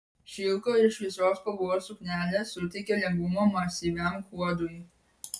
šilko ir šviesios spalvos suknelė suteikia lengvumo masyviam kuodui